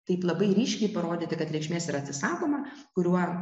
taip labai ryškiai parodyti kad reikšmės yra atsisakoma kuriuo